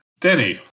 Denny